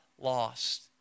lost